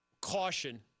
caution